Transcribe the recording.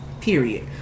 Period